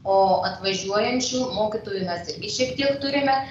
o atvažiuojančių mokytojų mes šiek tiek turime